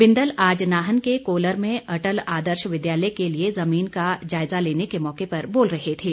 बिंदल आज नाहन के कोलर में अटल आदर्श विद्यालय के लिए जुमीन का जायज़ा लेने के मौके पर बोल रहे थे